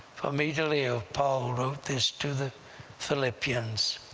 for me to live. paul wrote this to the philippians,